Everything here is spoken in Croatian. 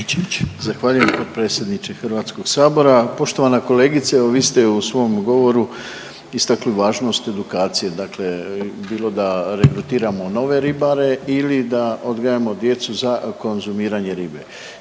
Zahvaljujem potpredsjedniče Hrvatskog sabora. Poštovana kolegice evo vi ste u svom govoru istakli važnost edukacije. Dakle, bilo da regrutiramo nove ribare ili da odgajamo djecu za konzumiranje ribe.